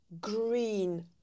green